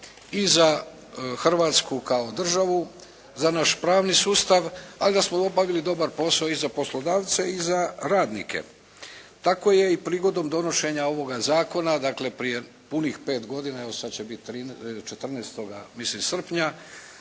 i za Hrvatsku kao državu, za naš pravni sustav ali da smo obavili dobar posao i za poslodavce i za radnike. Tako je i prigodom donošenja ovoga zakona dakle prije punih 5 godina, evo sad će biti 14. mislim